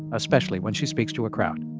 especially when she speaks to a crowd.